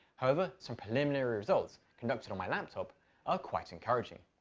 however, some preliminary results conducted on my laptop are quite encouraging.